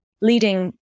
leading